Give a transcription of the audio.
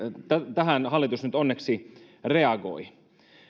tähän hallitus nyt onneksi reagoi